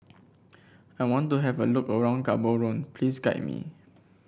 I want to have a look around Gaborone please guide me